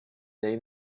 they